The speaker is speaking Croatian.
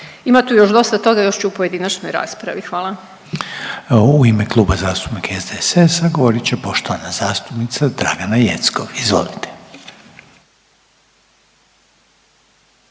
Ima tu još dosta toga, još ću u pojedinačnoj raspravi, hvala. **Reiner, Željko (HDZ)** U ime Kluba zastupnika SDSS-a govorit će poštovana zastupnica Dragana Jeckov, izvolite.